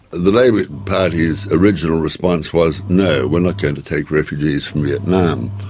the labor party's original response was no, we're not going to take refugees from vietnam'.